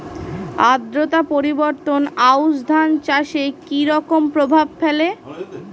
আদ্রতা পরিবর্তন আউশ ধান চাষে কি রকম প্রভাব ফেলে?